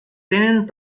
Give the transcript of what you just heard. tenen